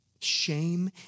shame